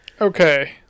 Okay